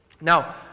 Now